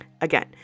again